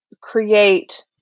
create